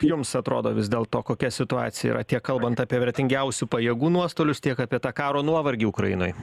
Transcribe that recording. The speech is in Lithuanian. jums atrodo vis dėlto kokia situacija yra tiek kalbant apie vertingiausių pajėgų nuostolius tiek apie tą karo nuovargį ukrainoj